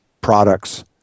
products